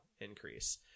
increase